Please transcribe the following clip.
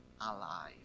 alive